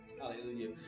Hallelujah